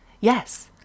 Yes